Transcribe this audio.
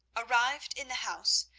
arrived in the house,